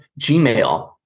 Gmail